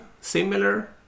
similar